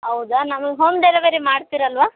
ಹೌದಾ ನಮಗೆ home delivery ಮಾಡ್ತೀರಲ್ಲವಾ